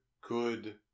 good